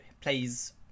plays